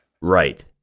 Right